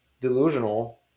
delusional